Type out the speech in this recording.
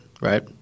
right